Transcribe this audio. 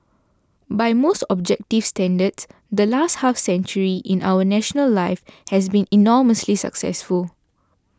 by most objective standards the last half century in our national life has been enormously successful